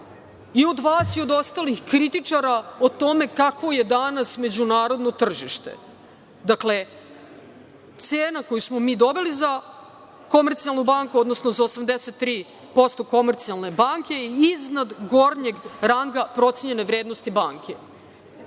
i od vas i od ostalih kritičara o tome kako je danas međunarodno tržište. Dakle, cena koju smo mi doveli za „Komercijalnu banku“, odnosno za 83% „Komercijalne banke“ je iznad gornjeg ranga procenjene vrednosti banke. Ja